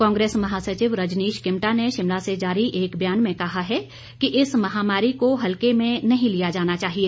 कांग्रेस महासचिव रजनीश किमटा ने शिमला से जारी एक बयान में कहा है कि इस महामारी को हल्के में नहीं लिया जाना चाहिए